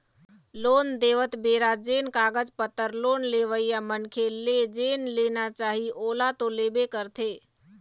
loan देवत बेरा जेन कागज पतर लोन लेवइया मनखे ले जेन लेना चाही ओला तो लेबे करथे